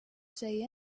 say